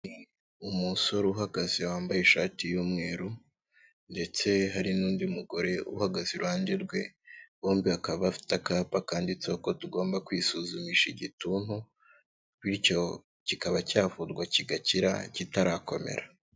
Umusore uhagaze wambaye ishati y'umweru ndetse hari n'undi mugore uhagaze iruhande rwe, bombi bakaba bafite akapa kanditseho ko tugomba kwisuzumisha igituntu bityo kikaba cyavurwa kigakira kitarakomera.